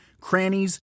crannies